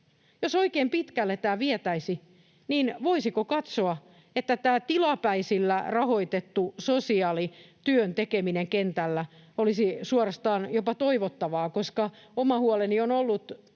Jos oikein pitkälle tämä vietäisiin, niin voisiko katsoa, että tämä tilapäisillä rahoitettu sosiaalityön tekeminen kentällä olisi suorastaan jopa toivottavaa, koska oma huoleni on ollut